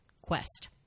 quest